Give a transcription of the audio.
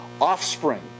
offspring